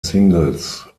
singles